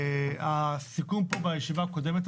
הסיכום פה בישיבה הקודמת,